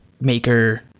maker